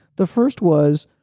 the first was,